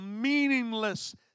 meaningless